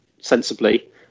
sensibly